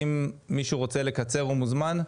אם מישהו ירצה לקצר הוא מוזמן,